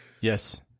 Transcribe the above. Yes